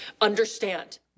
Understand